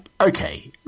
okay